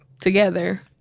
Together